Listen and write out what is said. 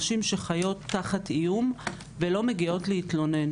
נשים שחיות תחת איום ולא מגיעות להתלונן